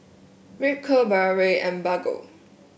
Ripcurl Biore and Bargo